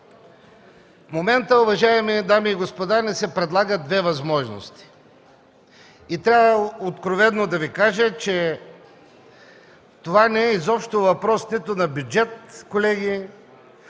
В момента, уважаеми дами и господа, ни се предлагат две възможности и трябва откровено да Ви кажа, че това не е изобщо въпрос нито на бюджет, колеги,